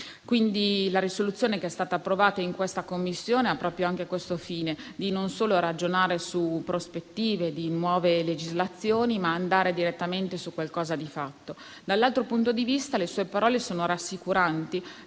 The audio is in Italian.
padre. La risoluzione che è stata approvata in Commissione ha proprio il fine non solo di ragionare su prospettive di nuove legislazioni, ma anche di andare direttamente su qualcosa di fatto. Dall'altro punto di vista, le sue parole sono rassicuranti,